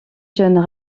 jeunes